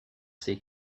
ses